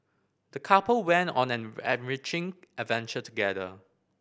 the couple went on an enriching adventure together